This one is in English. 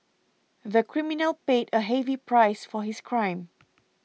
the criminal paid a heavy price for his crime